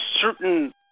certain